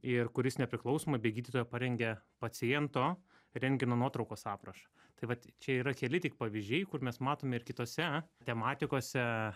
ir kuris nepriklausomai be gydytojo parengė paciento rentgeno nuotraukos aprašą tai vat čia yra keli tik pavyzdžiai kur mes matome ir kitose tematikose